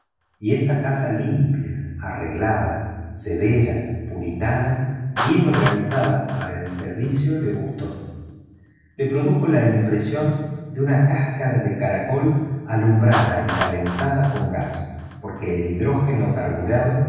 y esta casa limpia arreglada severa puritana bien organizada para el servicio le gustó le produjo la impresión de una cáscara de caracol alumbrada y calentada con gas porque el hidrógeno carburado